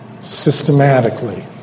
systematically